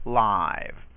live